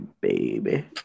baby